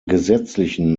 gesetzlichen